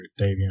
Davion